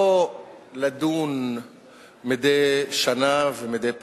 לא לדון מדי שנה ומדי פעם,